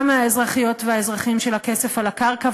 מהאזרחיות והאזרחים שלה כסף על הקרקע,